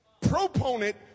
proponent